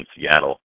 Seattle